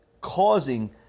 causing